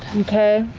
okay.